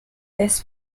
this